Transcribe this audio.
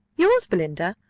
yours, belinda,